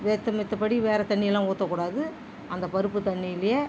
வெத்த மிற்றப்படி வேற தண்ணியிலாம் ஊற்றக் கூடாது அந்த பருப்பு தண்ணியிலேயே